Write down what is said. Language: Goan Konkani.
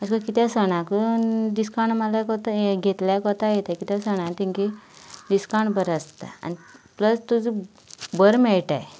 अशें करून किदेंय सणाक डिसकावंट माल्ल्या हें घेतल्या कोता येता किद्या सणा तेंगे डिसकावंट बरो आसता आनी प्लस तुजो बरो मेळटा